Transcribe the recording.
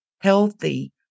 healthy